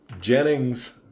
Jennings